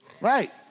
Right